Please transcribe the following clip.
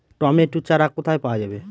Tomato চারা কোথায় পাওয়া যাবে?